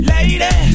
Lady